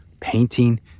painting